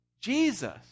Jesus